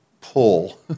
pull